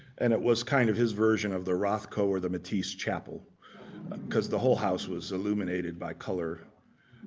and it was kind of his version of the rothko or the matisse chapel because the whole house was illuminated by color.